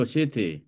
City